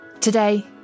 Today